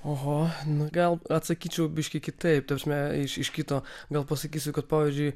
oho nu gal atsakyčiau biškį kitaip ta prasme iš kito gal pasakysiu kad pavyzdžiui